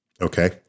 Okay